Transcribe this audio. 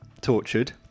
tortured